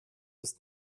ist